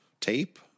tape